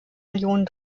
millionen